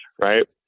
right